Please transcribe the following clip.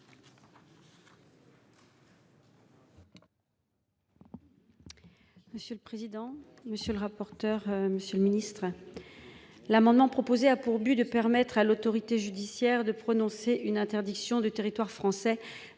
Monsieur le président, monsieur le rapporteur. Monsieur le Ministre. L'amendement proposé a pour but de permettre à l'autorité judiciaire de prononcer une interdiction du territoire français.